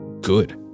good